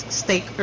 steak